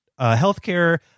healthcare